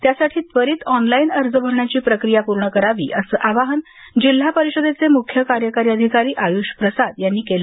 त्यासाठी त्वरित ऑनलाइन अर्ज भरण्याची प्रक्रिया पूर्ण करावी असं आवाहन जिल्हा परिषदेचे मुख्य कार्यकारी अधिकारी आयूष प्रसाद यांनी केलं